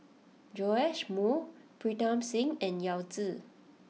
Joash Moo Pritam Singh and Yao Zi